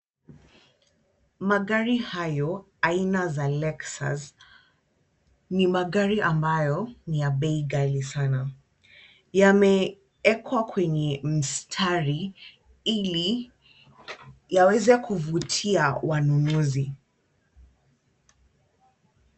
Magari hayo aina za Lexus ni magari ambayo ni ya bei ghali sana. Yameekwa kwenye mstari ili yaweze kuvutia wanunuzi.